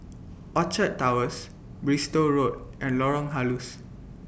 Orchard Towers Bristol Road and Lorong Halus